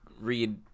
read